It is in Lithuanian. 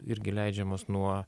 irgi leidžiamos nuo